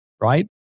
Right